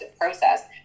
process